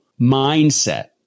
mindset